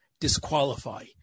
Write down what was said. disqualify